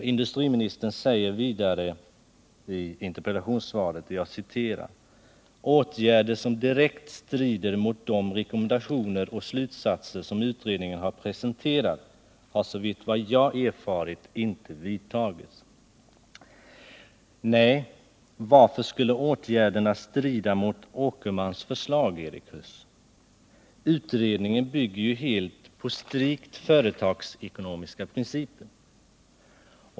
Vidare säger han i interpellationssvaret: ” Åtgärder som direkt strider mot de rekommendationer och slutsatser som utredningen har presenterat har såvitt jag har erfarit inte vidtagits.” Nej, varför skulle åtgärderna strida mot Åkermans förslag, Erik Huss? Utredningen bygger ju helt på strikt företagsekonomiska principer.